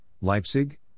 Leipzig